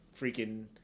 freaking